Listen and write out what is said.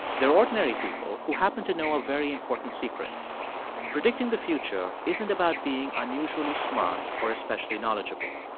they're ordinary people who happen to know a very important secret predicting the future isn't about being unusually smart or especially knowledgeable.